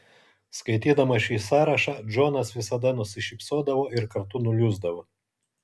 skaitydamas šį sąrašą džonas visada nusišypsodavo ir kartu nuliūsdavo